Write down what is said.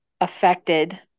affected